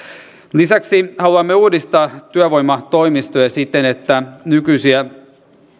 lisäksi haluamme uudistaa työvoimatoimistoja siten että nykyisiä